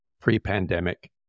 pre-pandemic